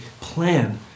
plan